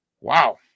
wow